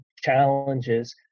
challenges